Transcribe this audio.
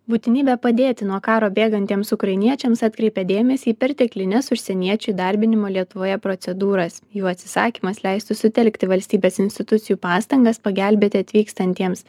būtinybė padėti nuo karo bėgantiems ukrainiečiams atkreipia dėmesį į perteklines užsieniečių įdarbinimo lietuvoje procedūras jų atsisakymas leistų sutelkti valstybės institucijų pastangas pagelbėti atvykstantiems